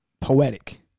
poetic